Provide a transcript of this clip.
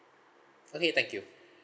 okay thank you